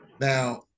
Now